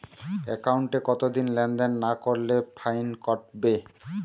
একাউন্টে কতদিন লেনদেন না করলে ফাইন কাটবে?